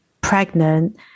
pregnant